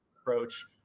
approach